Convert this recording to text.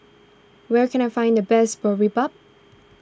where can I find the best Boribap